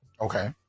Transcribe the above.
okay